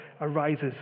arises